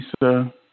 Lisa